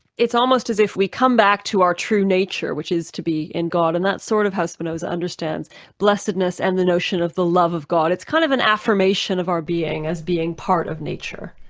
it's almost as if we come back to our true nature which is to be in god. and that sort of how spinoza understands blessedness and the notion of the love of god. it's kind of an affirmation of our being as being part of nature.